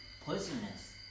Poisonous